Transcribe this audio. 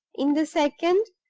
in the second,